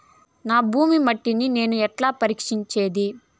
నా భూమి మట్టిని నేను ఎట్లా పరీక్షించేది?